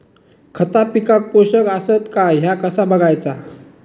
खता पिकाक पोषक आसत काय ह्या कसा बगायचा?